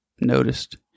noticed